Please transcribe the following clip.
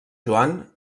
joan